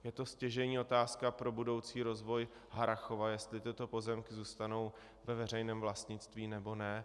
Je to stěžejní otázka pro budoucí rozvoj Harrachova, jestli tyto pozemky zůstanou ve veřejném vlastnictví, nebo ne.